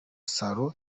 salon